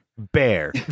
bear